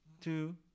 two